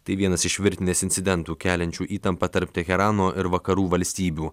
tai vienas iš virtinės incidentų keliančių įtampą tarp teherano ir vakarų valstybių